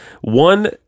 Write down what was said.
One